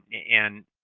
and